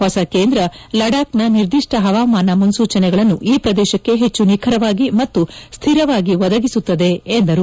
ಹೊಸ ಕೇಂದ್ರ ಲಡಾಬ್ನ ನಿರ್ದಿಪ್ಪ ಹವಾಮಾನ ಮುನ್ಲೂಚನೆಗಳನ್ನು ಈ ಪ್ರದೇಶಕ್ಕೆ ಹೆಚ್ಚು ನಿಖರವಾಗಿ ಮತ್ತು ಸ್ವಿರವಾಗಿ ಒದಗಿಸುತ್ತದೆ ಎಂದರು